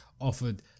offered